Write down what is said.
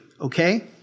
Okay